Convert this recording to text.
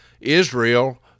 Israel